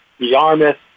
Yarmouth